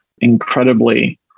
incredibly